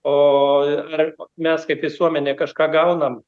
o ar mes kaip visuomenė kažką gaunam